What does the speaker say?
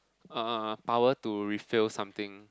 uh power to refill something